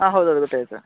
ಹಾಂ ಹೌದು ಹೌದು ಗೊತ್ತಾಯಿತು